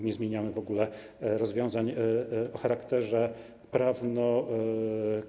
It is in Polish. Nie zmieniamy w ogóle rozwiązań o charakterze prawnokarnym.